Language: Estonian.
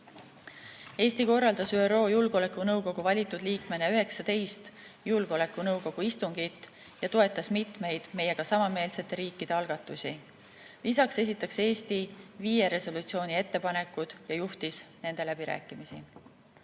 Eesti korraldas ÜRO Julgeolekunõukogu valitud liikmena 19 julgeolekunõukogu istungit ja toetas mitmeid meiega samameelsete riikide algatusi. Lisaks esitas Eesti viie resolutsiooni ettepanekud ja juhtis nende läbirääkimisi.